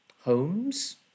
homes